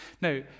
Now